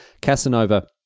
Casanova